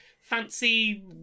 fancy